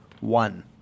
One